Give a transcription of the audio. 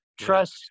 Trust